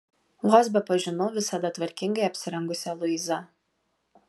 vos bepažinau visada tvarkingai apsirengusią luizą